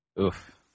Oof